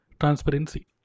transparency